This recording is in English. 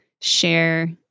share